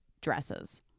dresses